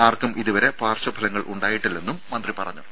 ആർക്കും ഇതുവരെ പാർശ്വഫലങ്ങൾ ഉണ്ടായിട്ടില്ലെന്നും മന്ത്രി പറഞ്ഞു